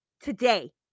today